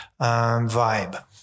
vibe